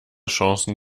chancen